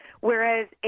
whereas